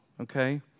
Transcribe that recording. okay